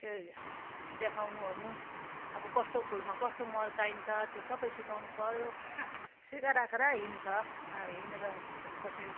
त्यो देखउनु ओर्नु अब कस्तो फुलमा कस्तो मल चाहिन्छ त्यो सबै सिकाउनु पऱ्यो सिकाई राखेर हिड्छ अब हिडेर भोलि पर्सि